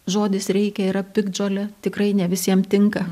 žodis reikia yra piktžolė tikrai ne visiem tinka